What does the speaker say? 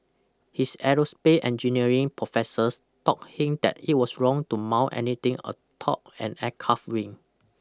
his aerospace engineering professors taught him that it was wrong to mount anything atop an aircraft wing